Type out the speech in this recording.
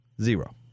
Zero